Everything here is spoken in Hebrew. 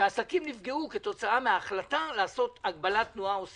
שהעסקים נפגעו כתוצאה מן ההחלטה לעשות הגבלת תנועה או סגר,